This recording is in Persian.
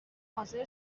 حاضر